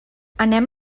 anem